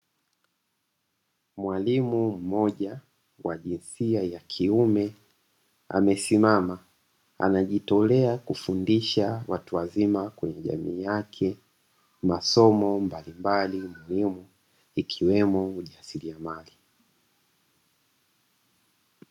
Mwalimu mmoja wa jinsia ya kiume amesimama anajitolea kufundisha watu wazima kwenye jamii yake, masomo mbalimbali muhimu ikiwemo ujasiriamali.